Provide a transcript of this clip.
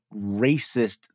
racist